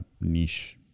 niche